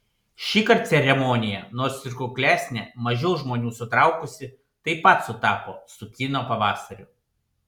šįkart ceremonija nors ir kuklesnė mažiau žmonių sutraukusi taip pat sutapo su kino pavasariu